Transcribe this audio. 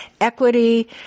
equity